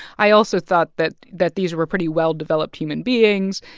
i also thought that that these were pretty well-developed human beings,